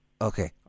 Okay